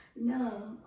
no